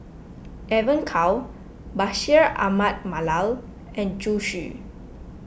Evon Kow Bashir Ahmad Mallal and Zhu Xu